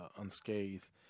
unscathed